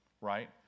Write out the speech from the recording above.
Right